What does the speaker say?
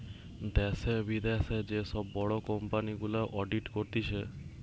দ্যাশে, বিদ্যাশে যে সব বড় কোম্পানি গুলা অডিট করতিছে